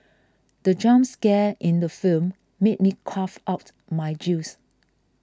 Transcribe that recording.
the jump scare in the film made me cough out my juice